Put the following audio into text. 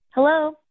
Hello